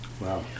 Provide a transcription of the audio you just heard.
Wow